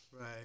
right